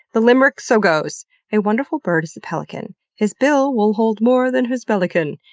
the limerick so goes a wonderful bird is the pelican, his bill will hold more than his belican,